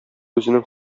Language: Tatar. үзенең